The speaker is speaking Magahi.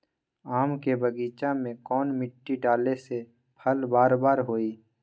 आम के बगीचा में कौन मिट्टी डाले से फल बारा बारा होई?